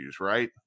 right